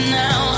now